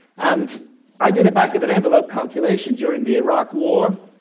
and i did a back-of-an-envelope calculation during the iraq war,